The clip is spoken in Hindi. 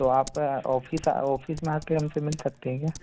तो आप ऑफ़िस ऑफ़िस में आके हमसे मिल सकते हैं क्या